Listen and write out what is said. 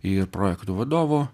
ir projektu vadovu